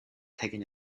taken